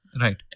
right